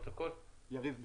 יריב בכר.